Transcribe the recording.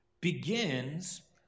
begins